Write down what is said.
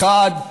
האחד,